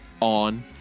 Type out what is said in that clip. on